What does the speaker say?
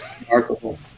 remarkable